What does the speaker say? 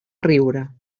riure